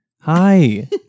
Hi